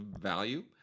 value